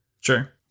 Sure